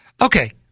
Okay